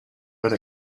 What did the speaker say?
been